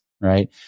right